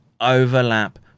overlap